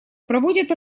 проводят